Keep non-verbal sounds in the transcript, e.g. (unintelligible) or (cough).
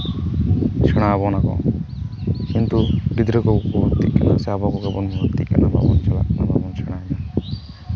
ᱥᱮᱬᱟᱣ ᱵᱚᱱᱟ ᱠᱚ ᱠᱤᱱᱛᱩ ᱜᱤᱫᱽᱨᱟᱹ ᱠᱚᱠᱚ ᱵᱷᱚᱛᱛᱤᱜ ᱠᱟᱱᱟ ᱥᱮ ᱟᱵᱚ ᱦᱚᱸᱵᱚᱱ ᱵᱷᱚᱛᱛᱤᱜ ᱠᱟᱱᱟ (unintelligible)